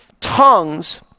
tongues